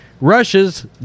Russia's